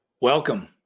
Welcome